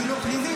אני לא פליליסט.